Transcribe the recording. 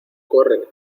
corre